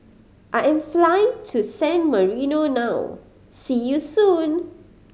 I am flying to San Marino now see you soon